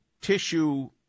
tissue